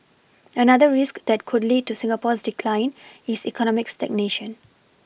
another risk that could lead to Singapore's decline is economic stagnation